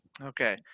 Okay